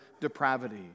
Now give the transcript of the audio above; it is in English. depravity